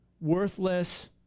worthless